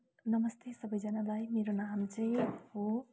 नमस्ते सबैजनालाई मेरो नाम चाहिँ हो